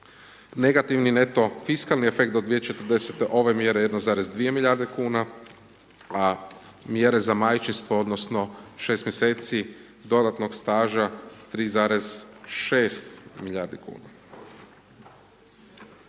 Negativni neto fiskalni efekt do 2040. ove mjere 1,2 milijarde kuna, a mjere za majčinstvo odnosno 6 mjeseci dodatnog staža, 3,6 milijardi kuna.